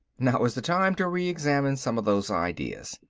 now is the time to re-examine some of those ideas.